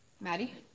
Maddie